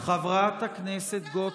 חברת הכנסת גוטליב,